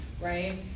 right